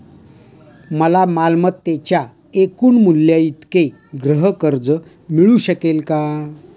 मला मालमत्तेच्या एकूण मूल्याइतके गृहकर्ज मिळू शकेल का?